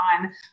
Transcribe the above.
on